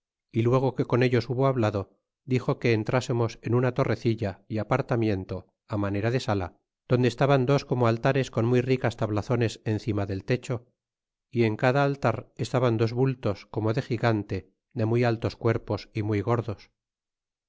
y luego que con ellos hubo hablado dixo que entrásemos en una torrecilla apartamiento á manera de sala donde estaban dos como altares con muy ricas tablazones encima del techo é en cada altar estaban dos bultos como de gigante de muy altos cuerpos y muy gordos